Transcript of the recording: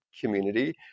community